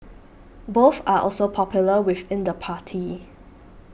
both are also popular within the party